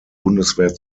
bundeswehr